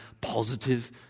positive